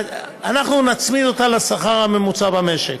אנחנו נצמיד אותה לשכר הממוצע במשק,